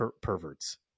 perverts